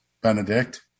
Benedict